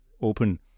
open